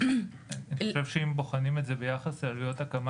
אני חושב שאם בוחנים את זה ביחס לעלויות הקמה